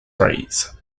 rays